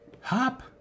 Hop